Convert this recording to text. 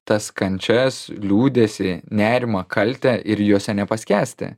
tas kančias liūdesį nerimą kaltę ir juose nepaskęsti